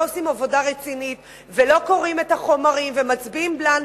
עושים עבודה רצינית ולא קוראים את החומרים ומצביעים בלנקו.